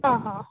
आं हां